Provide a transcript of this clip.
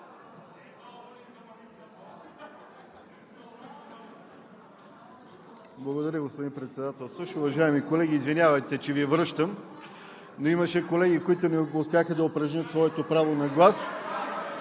Благодаря, господин Председателстващ. Уважаеми колеги, извинявайте, че Ви връщам, но имаше колеги, които не успяха да упражнят своето право на глас.